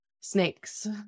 snakes